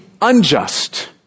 unjust